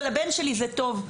ולבן שלי זה טוב.